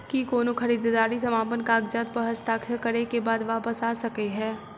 की कोनो खरीददारी समापन कागजात प हस्ताक्षर करे केँ बाद वापस आ सकै है?